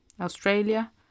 Australia